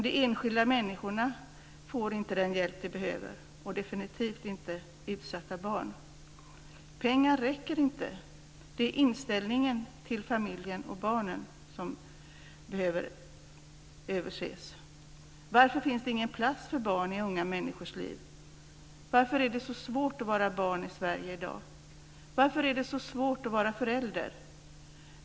De enskilda människorna får inte den hjälp som de behöver, och utsatta barn får det definitivt inte. Det räcker inte med pengar. Det är inställningen till familjen och barnen som behöver ändras. Varför finns det ingen plats för barn i unga människors liv? Varför är det så svårt att vara barn i Sverige i dag? Varför är det så svårt att vara förälder?